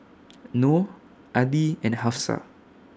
Noh Adi and Hafsa